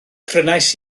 prynais